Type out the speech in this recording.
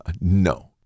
no